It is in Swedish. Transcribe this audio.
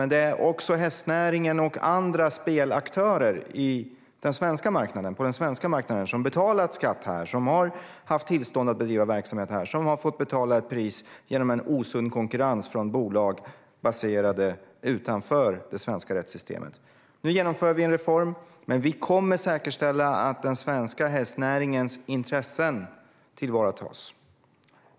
Men även hästnäringen och andra spelaktörer på den svenska marknaden som har betalat skatt här och som har haft tillstånd att bedriva verksamhet har fått betala ett pris genom osund konkurrens från bolag baserade utanför det svenska rättssystemet. Nu genomför vi en reform, men vi kommer att säkerställa att den svenska hästnäringens intressen tillvaratas.